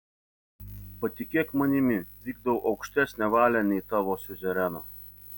patikėk manimi vykdau aukštesnę valią nei tavo siuzereno